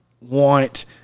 want